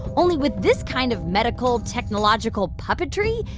only with this kind of medical technological puppetry,